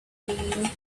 been